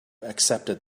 accepted